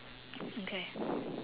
okay